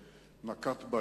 נקט.